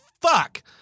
fuck